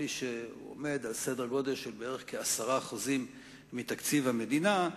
נדמה לי שהוא עומד בסדר-גודל של 10% מתקציב המדינה,